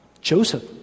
joseph